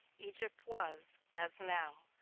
egypt was, as now,